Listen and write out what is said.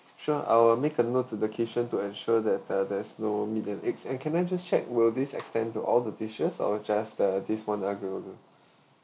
sure I will make a note to the kitchen to ensure that uh there's no meat and eggs and can I just check will this extend to all the dishes or just the this one aglio olio